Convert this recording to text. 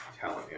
Talent